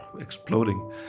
exploding